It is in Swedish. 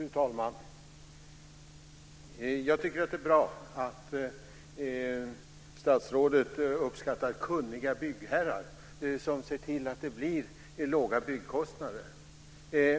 Fru talman! Jag tycker att det är bra att statsrådet uppskattar kunniga byggherrar som ser till att det blir låga byggkostnader.